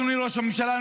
אדוני ראש הממשלה,